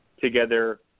together